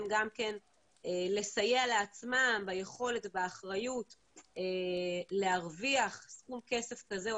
גם כן לסייע לעצמם ביכולת ובאחריות להרוויח סכום כסף כזה או